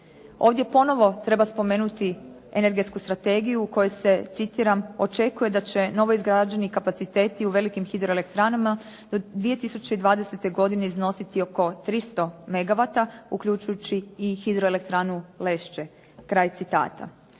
Ovdje ponovo treba spomenuti energetsku strategiju u kojoj se, citiram, očekuje da će novoizgrađeni kapaciteti u velikim hidroelektranama do 2020. godine iznositi i oko 300 megawata uključujući i hidroelektranu Lešće, kraj citata.